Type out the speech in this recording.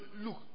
look